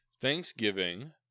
Thanksgiving